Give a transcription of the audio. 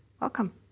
Welcome